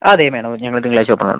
അതെ മേഡം ഞങ്ങൾ തിങ്കളാഴ്ച ഓപ്പൺ ആണ്